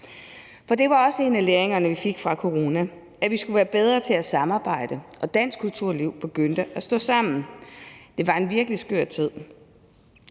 For det var også en del af den læring, vi fik fra corona, at vi skulle være bedre til at samarbejde, og dansk kulturliv begyndte at stå sammen. Det var en virkelig skør tid,